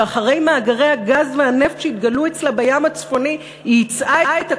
שאחרי מאגרי הגז והנפט שהתגלו אצלה בים הצפוני היא ייצאה את הכול,